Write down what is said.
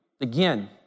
again